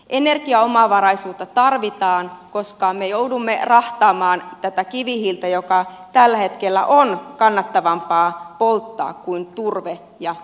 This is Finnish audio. energiaomavaraisuutta tarvitaan koska me joudumme rahtaamaan tätä kivihiiltä joka tällä hetkellä on kannattavampaa polttaa kuin turve ja kotimainen puu